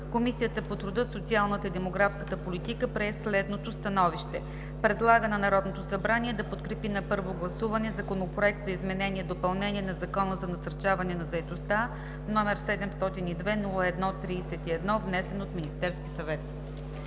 Комисията по труда, социалната и демографската политика прие следното становище: Предлага на Народното събрание да подкрепи на първо гласуване Законопроект за изменение и допълнение на Закона за насърчаване на заетостта, № 702-01-31, внесен от Министерския съвет.“